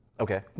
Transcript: Okay